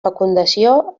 fecundació